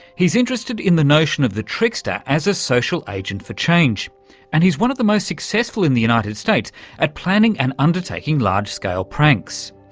he's interested in the notion of the trickster as a social agent for change and he's one of the most successful in the united states at planning and undertaking large scale pranks.